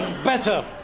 Better